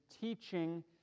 teaching